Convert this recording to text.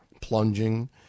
plunging